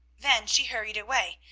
then she hurried away,